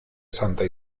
santa